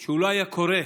שהוא לא היה קורה,